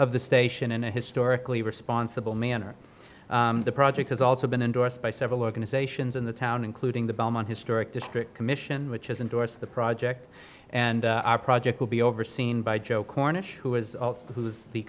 of the station in a historically responsible manner the project has also been endorsed by several organizations in the town including the belmont historic district commission which is indorse the project and our project will be overseen by joe cornish who is also who is the